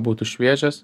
būtų šviežias